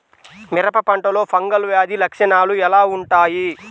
మిరప పంటలో ఫంగల్ వ్యాధి లక్షణాలు ఎలా వుంటాయి?